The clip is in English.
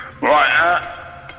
Right